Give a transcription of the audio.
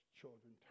children